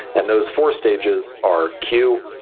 and those four stages are cue,